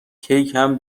کیکم